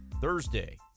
Thursday